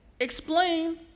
explain